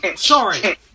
Sorry